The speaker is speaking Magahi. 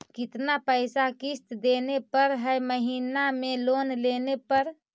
कितना पैसा किस्त देने पड़ है महीना में लोन लेने पर?